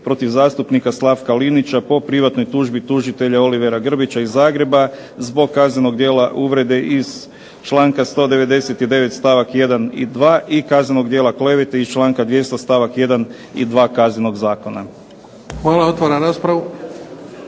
protiv zastupnika Slavka Linića po privatnoj tužbi tužitelja Olivera Grbića iz Zagreba, zbog kaznenog djela uvrede iz članka 199. stavak 1. i 2. i kaznenog djela klevete iz članka 200. stavak 1. i 2. Kaznenog zakona." **Bebić, Luka